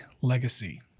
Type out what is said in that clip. legacy